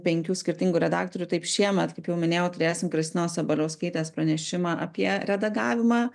penkių skirtingų redaktorių taip šiemet kaip jau minėjau turėsim kristinos sabaliauskaitės pranešimą apie redagavimą